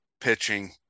Pitching